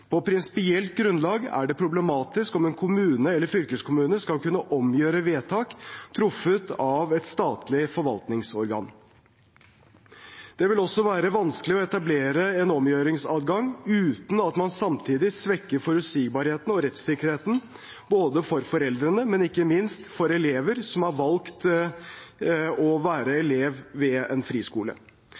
På prinsipielt grunnlag er det problematisk om en kommune eller fylkeskommune skal kunne omgjøre vedtak truffet av et statlig forvaltningsorgan. Det vil også være vanskelig å etablere en omgjøringsadgang uten at man samtidig svekker forutsigbarheten og rettssikkerheten både for foreldrene og for elever som har valgt å være elev ved en friskole.